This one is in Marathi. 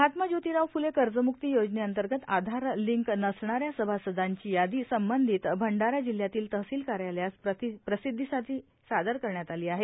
महात्मा जोतिराव फुले कर्जम्क्ती योजनेंतर्गत आधार लिंक नसणाऱ्या सभासदांची यादी संबंधित तहसिल कार्यालयास प्रसिध्दीसाठी सादर करण्यात आली आहे